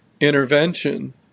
intervention